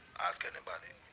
ask anybody.